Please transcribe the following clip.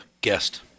guest